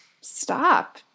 stop